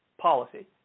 policy